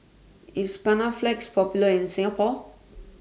IS Panaflex Popular in Singapore